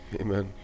Amen